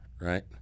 right